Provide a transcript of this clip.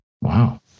Wow